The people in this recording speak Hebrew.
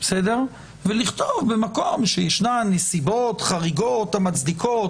ולכתוב שבמקום שיש נסיבות חריגות המצדיקות,